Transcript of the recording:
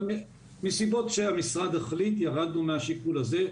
אבל מסיבות שהמשרד החליט ירדנו מהשיקול הזה.